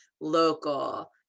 local